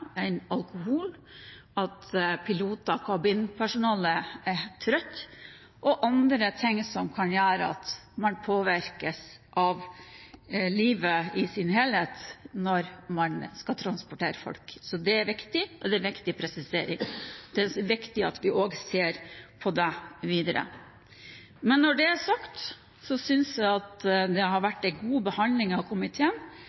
alkohol, at piloter og kabinpersonale er trøtte, og andre ting som kan gjøre at man påvirkes av livet i sin helhet når man skal transportere folk. Det er en viktig presisering. Det er viktig at vi også ser på dette videre. Når det er sagt, synes jeg at det har